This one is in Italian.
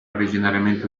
originariamente